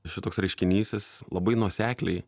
šitoks reiškinys jis labai nuosekliai